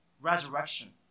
resurrection